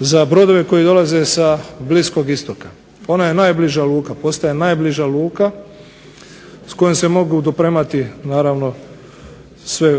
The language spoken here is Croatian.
za brodove koje dolaze sa bliskog istoka, ona je najbliža luka, postaje najbliža luka s kojom se mogu dopremati naravno sve